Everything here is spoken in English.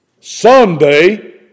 Sunday